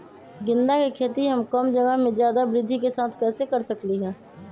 गेंदा के खेती हम कम जगह में ज्यादा वृद्धि के साथ कैसे कर सकली ह?